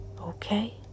okay